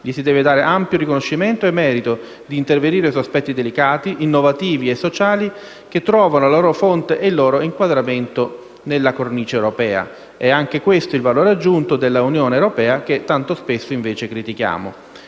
gli si deve dare ampio riconoscimento e merito di intervenire su aspetti delicati, innovativi e sociali che trovano la loro fonte e il loro inquadramento nella cornice europea. È anche questo il valore aggiunto dell'Unione europea che tanto spesso invece critichiamo.